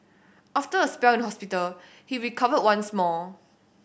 after a spell in hospital he recovered once more